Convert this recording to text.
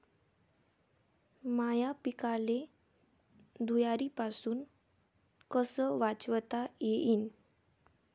माह्या पिकाले धुयारीपासुन कस वाचवता येईन?